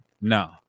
No